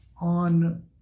on